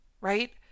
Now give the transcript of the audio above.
right